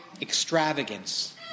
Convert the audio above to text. extravagance